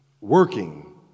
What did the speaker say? working